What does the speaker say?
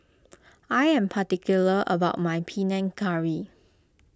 I am particular about my P Nan Curry